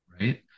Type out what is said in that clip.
right